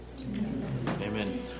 Amen